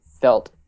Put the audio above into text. felt